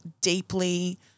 deeply